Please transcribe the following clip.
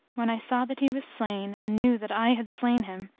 when i saw that he was slain and knew that i had slain him,